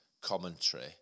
commentary